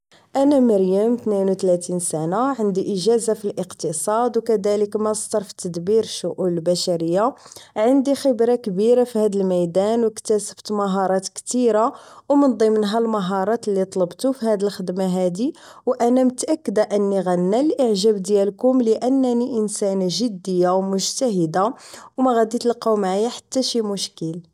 أنا مريم تناين او ثلاثين سنه عندي اجازه في الاقتصاد وكذلك ماستر في التدبير الشؤون البشريه. عندي خبره كبيره في هذا الميدان واكتسبت مهارات كثيره ومن ضمنها المهارات اللي طلبته في هذه الخدمه هذه وانا متاكده اني غنال الاعجاب ديالكم لانني انسانه جديه ومجتهده وما غادي تلقاو معايا حتى شي مشكل